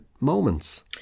moments